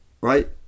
Right